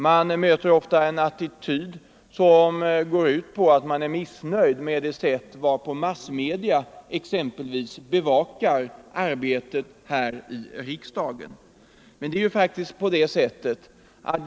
Vi möter många som är missnöjda med det sätt varpå massmedierna bevakar arbetet här i riksdagen.